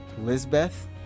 Lisbeth